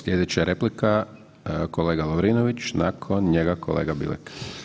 Slijedeća je replika kolega Lovrinović, nakon njega kolega Bilek.